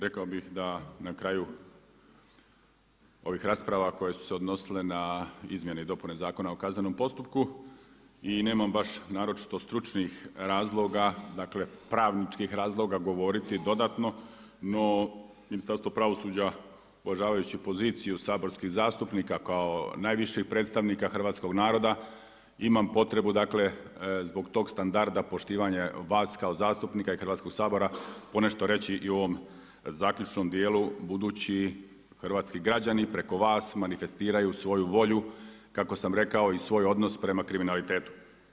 Rekao bi da na kraju ovih rasprava koje su se odnosile na izmjene i dopune Zakona o kaznenom postupku i nemam baš naročito stručnih razloga, pravničkih razloga govoriti dodatno, no Ministarstvo pravosuđa uvažavajući poziciju saborskih zastupnika kao najviših predstavnika hrvatskog naroda imam potrebu zbog tog standarda poštivanje vas kao zastupnika i Hrvatskog sabora ponešto reći i o ovom zaključnom dijelu budući hrvatski građani preko vas manifestiraju svoju volju kako sam rekao i svoj odnos prema kriminalitetu.